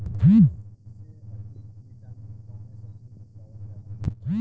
सबसे अधिक विटामिन कवने सब्जी में पावल जाला?